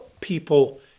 people